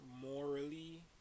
morally